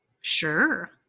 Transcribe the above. Sure